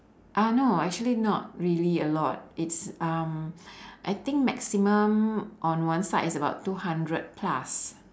uh no actually not really a lot it's um I think maximum on one side is about two hundred plus